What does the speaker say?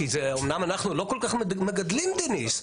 אמנם אנחנו לא כל כך מגדלים דניס,